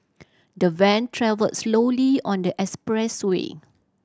the van travelled slowly on the expressway